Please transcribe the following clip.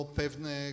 pewne